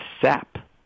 sap